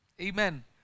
Amen